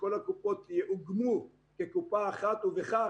שכל הקופות יאוגמו כקופה אחת ובכך,